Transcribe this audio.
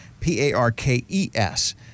P-A-R-K-E-S